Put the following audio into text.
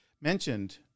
mentioned